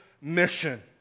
mission